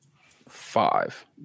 five